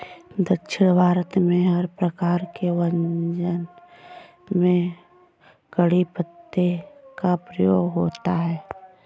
दक्षिण भारत में हर प्रकार के व्यंजन में कढ़ी पत्ते का प्रयोग होता है